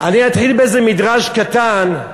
אני אתחיל במדרש קטן.